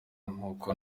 nk’uko